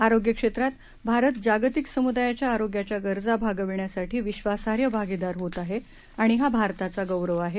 आरोग्य क्षेत्रांत भारत जागतिक समुदायाच्या आरोग्याच्या गरजा भागविण्यासाठी विश्वासार्ह भागीदार होत आहे आणि हा भारताचा गौरव आहे